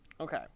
Okay